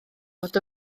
fod